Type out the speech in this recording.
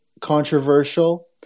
controversial